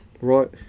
Right